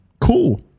cool